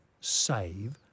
save